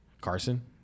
Carson